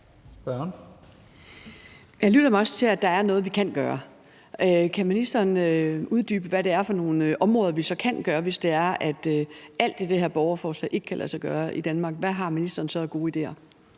Jeg lytter mig også til, at der er noget, vi kan gøre. Kan ministeren uddybe, hvad det er for nogle områder, vi så kan gøre noget på, hvis det er, at alt i det her borgerforslag ikke kan lade sig gøre i Danmark? Hvad har ministeren så af gode idéer?